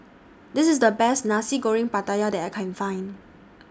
This IS The Best Nasi Goreng Pattaya that I Can Find